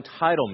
entitlement